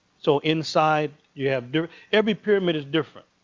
so inside, you have every pyramid is different.